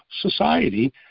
society